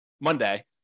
monday